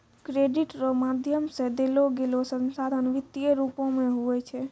credit रो माध्यम से देलोगेलो संसाधन वित्तीय रूप मे हुवै छै